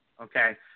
okay